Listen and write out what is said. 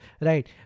right